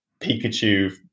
pikachu